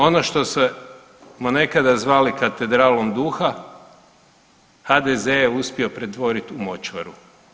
Ono što smo nekada zvali katedralom duha, HDZ je uspio pretvoriti u močvaru.